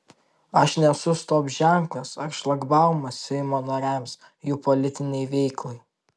aš nesu stop ženklas ar šlagbaumas seimo nariams jų politinei veiklai